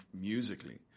musically